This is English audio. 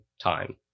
time